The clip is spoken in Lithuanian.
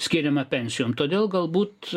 skiriama pensijom todėl galbūt